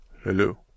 Hello